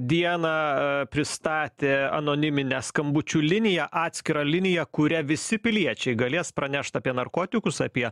dieną a pristatė anoniminę skambučių liniją atskirą liniją kuria visi piliečiai galės pranešt apie narkotikus apie